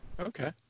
okay